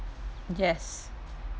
yes